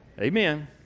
Amen